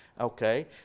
okay